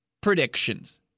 predictions